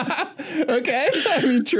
okay